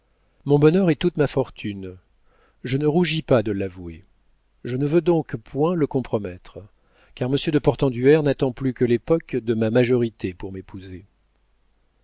mon bonheur est toute ma fortune je ne rougis pas de l'avouer je ne veux donc point le compromettre car monsieur de portenduère n'attend plus que l'époque de ma majorité pour m'épouser